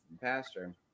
pastor